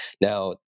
Now